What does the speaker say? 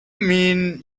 mean